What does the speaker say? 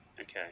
okay